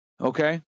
okay